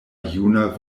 juna